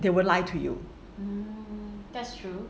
they would lie to you